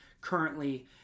currently